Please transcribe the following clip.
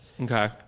Okay